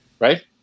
Right